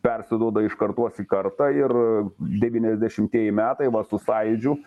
persiduoda iš kartos į kartą ir devyniasdešimieji metai va su sąjūdžiu